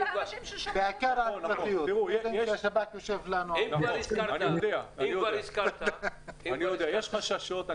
יש חששות.